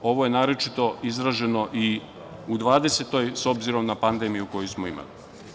Ovo je naročito izraženo i u 2020. godini, s obzirom na pandemiju koju smo imali.